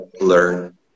learn